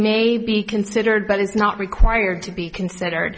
may be considered but is not required to be considered